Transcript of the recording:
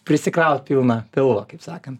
prisikraut pilną pilvą kaip sakant